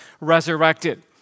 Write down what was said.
resurrected